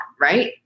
right